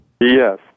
Yes